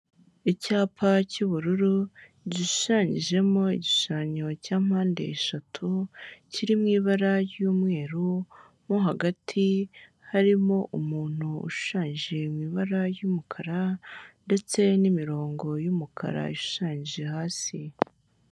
Icyapa cy'ubururu gishushanyijemo igishushanyo cya mpandeshatu kiri mu ibara ry'umweru, mo hagati harimo umuntu ushushanyije mu ibara ry'umukara ndetse n'imirongo y'umukara ishanyije hasi.